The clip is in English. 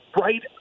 right